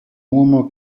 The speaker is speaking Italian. uomo